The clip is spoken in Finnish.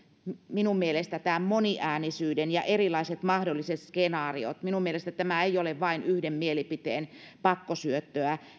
minun mielestäni nimenomaan moniäänisyyden ja erilaiset mahdolliset skenaariot minun mielestäni tämä ei ole vain yhden mielipiteen pakkosyöttöä